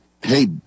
hey